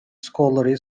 scholarly